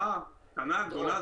קטנה או גדולה,